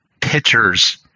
pitchers –